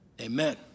amen